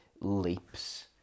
leaps